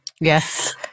Yes